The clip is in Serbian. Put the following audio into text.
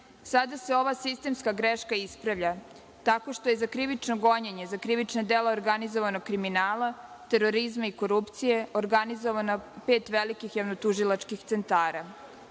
se ova sistemska greška ispravlja tako što je za krivično gonjenje, krivično delo organizovanog kriminala, terorizma i korupcije organizovano pet velikih javno-tužilačkih centara.